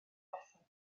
bethan